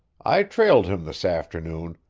i trailed him this afternoon,